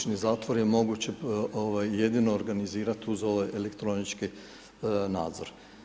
Kućni zatvor je moguće jedino organizirati uz ovaj elektronički nadzor.